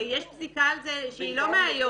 שיש פסיקה על זה שהיא לא מהיום.